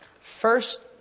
First